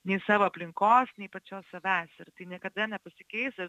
nei savo aplinkos nei pačios savęs ir tai niekada nepasikeis ir